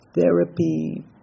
therapy